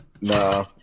Nah